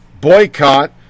Boycott